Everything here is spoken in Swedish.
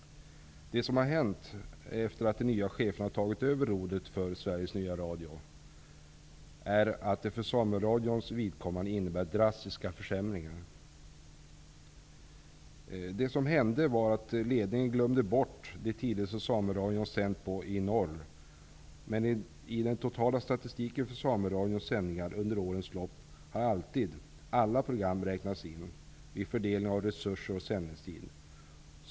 Det som har hänt efter det att nya chefer har tagit över rodret när det gäller Sveriges nya radio är att det för Sameradions vidkommande blir drastiska försämringar. Ledningen glömde nämligen bort de tider på vilka Sameradion sänt i norr. I den totala statistiken över Sameradions sändningar under årens lopp har dock alltid alla program räknats med vid fördelningen av resurser och sändningstider.